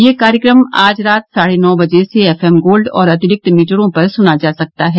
यह कार्यक्रम आज रात साढे नौ बजे से एफएम गोल्ड और अतिरिक्त मीटरों पर सुना जा सकता है